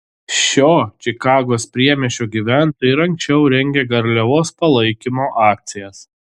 šio čikagos priemiesčio gyventojai ir anksčiau rengė garliavos palaikymo akcijas